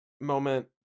moment